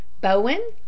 Bowen